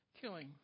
killing